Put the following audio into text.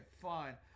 fine